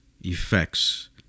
effects